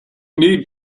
need